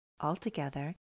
Altogether